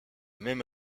même